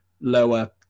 lower